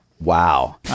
Wow